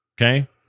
Okay